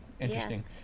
Interesting